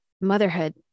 motherhood